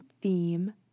theme